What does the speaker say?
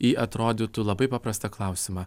į atrodytų labai paprastą klausimą